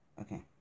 Okay